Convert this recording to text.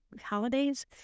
holidays